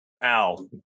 Al